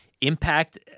impact